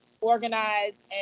organized